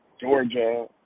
Georgia